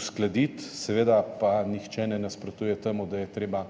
uskladiti. Seveda pa nihče ne nasprotuje temu, da je treba